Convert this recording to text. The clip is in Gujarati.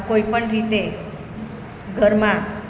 કોઈ પણ રીતે ઘરમાં